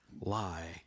lie